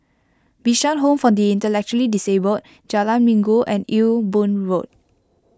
Bishan Home for the Intellectually Disabled Jalan Minggu and Ewe Boon Road